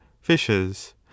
fishes